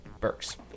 Burks